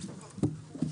הישיבה ננעלה בשעה 11:35.